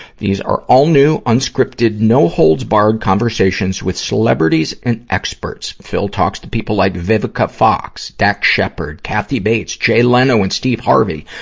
these are all new, unscripted, no-holds-barred conversations with celebrities and experts. phil talks to people like vivica fox, dax shephard, kathy bates, jay leno and steve harvey.